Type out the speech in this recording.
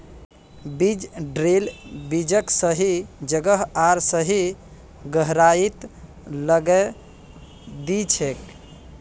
बीज ड्रिल बीजक सही जगह आर सही गहराईत लगैं दिछेक